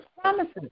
promises